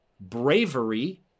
bravery